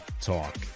Talk